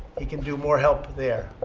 he can do more help there.